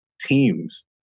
teams